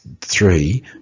three